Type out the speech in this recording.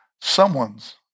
Someone's